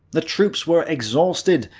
the troops were exhausted.